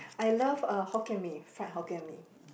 I love uh Hokkien Mee fried Hokkien Mee